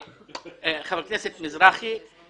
חבר הכנסת מזרחי כאן.